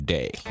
Day